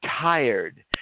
tired